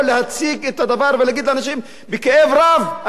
ולהגיד לאנשים: בכאב רב אנחנו הולכים לגזירות האלה,